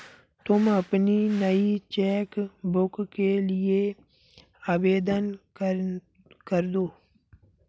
तुम अपनी नई चेक बुक के लिए आवेदन करदो